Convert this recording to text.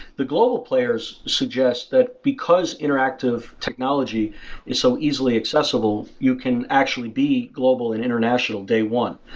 the global players suggest that because interactive technology is so easily accessible, you can actually be global and international day one.